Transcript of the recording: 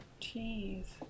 Jeez